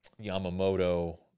Yamamoto